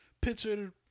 picture